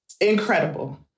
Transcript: incredible